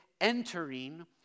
entering